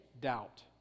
Doubt